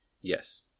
Yes